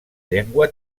llengua